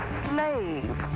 slave